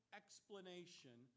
explanation